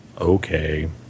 Okay